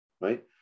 right